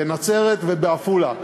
בנצרת ובעפולה,